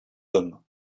them